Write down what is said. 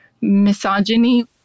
misogyny